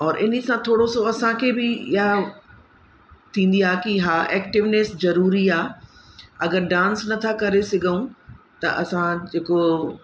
और इन्हीअ सां थोरो सो असांखे बि यां थींदी आहे की हा एक्टविनेस ज़रूरी आहे अगरि डांस नथा करे सघऊं त असां जेको